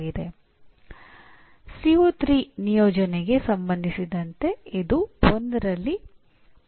ಆದ್ದರಿಂದ ನೀವು ಹೇಳುವ ಪರಿಣಾಮಗಳು ಗಮನಿಸಬಹುದಾದ ಮತ್ತು ಅಂದಾಜುವಿಕೆ ಮಾಡುವಂತಿರಬೇಕು